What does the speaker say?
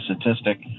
statistic